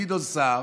גדעון סער,